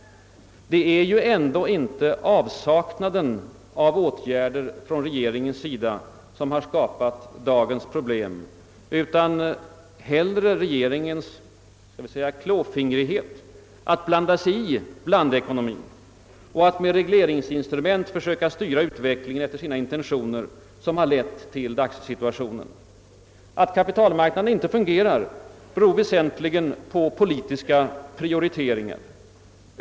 Det är ju ändå inte avsaknaden av åtgärder från regeringens sida som har skapat dagens problem. Det är snarare regeringens klåfingrighet att lägga sig i blandekonomien och att med regleringsinstrument försöka styra utvecklingen efter sina intentioner som lett till dagens situation. Att kapitalmarknaden inte fungerar beror väsentligen på politiska prioriteringar.